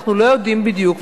אנחנו לא יודעים בדיוק,